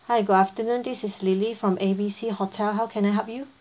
hi good afternoon this is lily from A B C hotel how can I help you